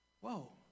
Whoa